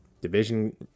Division